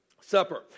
supper